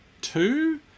two